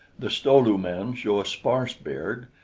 the sto-lu men show a sparse beard,